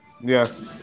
Yes